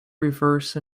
reverse